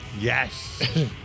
Yes